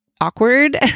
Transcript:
awkward